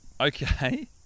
Okay